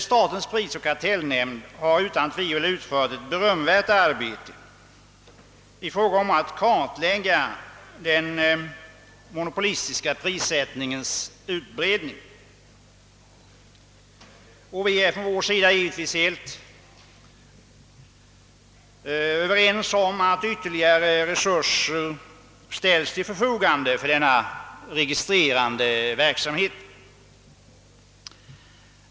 Statens prisoch kartellnämnd har utan tvivel utfört ett berömvärt arbete i fråga om att kartlägga den monopolistiska prissättningens utbredning, och vi är på vår sida givetvis helt överens om att ytterligare resurser bör ställas till förfogande för denna registrerande verksamhet.